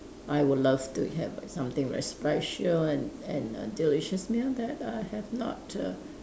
I would love to have something very special and and a delicious meal that I have not err